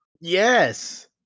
Yes